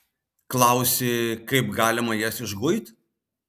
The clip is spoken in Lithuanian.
klausi kaip galima jas išguit